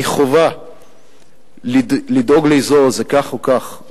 מחובה לדאוג לאזור הזה כך או כך,